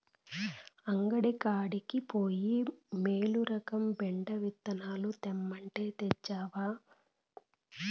అంగడి కాడికి పోయి మీలురకం బెండ విత్తనాలు తెమ్మంటే, తెచ్చినవా